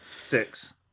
six